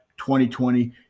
2020